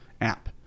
app